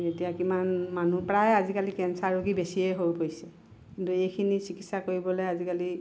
এতিয়া কিমান মানুহ প্ৰায় আজিকালি কেঞ্চাৰ ৰোগী বেছিয়ে হৈ গৈছে কিন্তু এইখিনি চিকিৎসা কৰিবলৈ আজিকালি